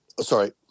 sorry